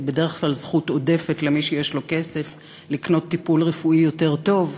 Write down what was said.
היא בדרך כלל זכות עודפת למי שיש לו כסף לקנות טיפול רפואי יותר טוב,